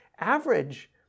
average